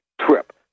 trip